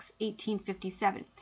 1857